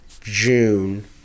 June